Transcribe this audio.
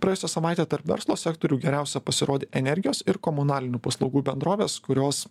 praėjusią savaitę tarp verslo sektorių geriausiai pasirodė energijos ir komunalinių paslaugų bendrovės kurios